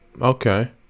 Okay